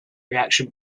reaction